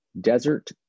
desert